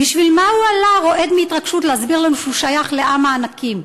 בשביל מה הוא עלה רועד מהתרגשות להסביר לנו שהוא שייך לעם הענקים?